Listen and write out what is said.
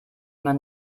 man